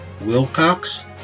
Wilcox